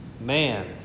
Man